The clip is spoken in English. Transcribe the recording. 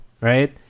right